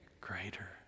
Greater